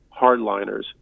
hardliners